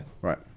Right